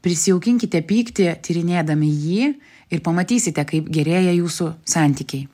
prisijaukinkite pyktį tyrinėdami jį ir pamatysite kaip gerėja jūsų santykiai